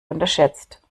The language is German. unterschätzt